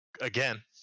again